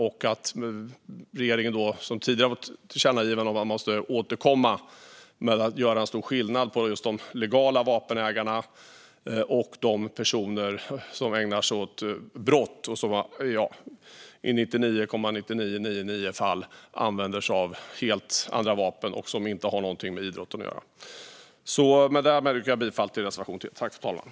Utskottet har redan tidigare tillkännagett för regeringen att den måste återkomma i frågan om att göra skillnad mellan legala vapenägare och de personer som ägnar sig åt brott och som i 99,999 procent av fallen använder sig av helt andra vapen som inte har något med idrott att göra. Jag yrkar därmed bifall till reservation 3.